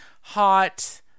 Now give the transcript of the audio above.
hot